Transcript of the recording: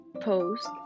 post